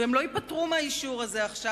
והם לא ייפטרו מהאישור הזה עכשיו,